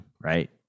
right